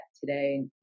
today